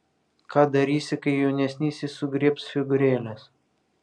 ką darysi kai jaunesnysis sugriebs figūrėles